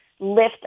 lift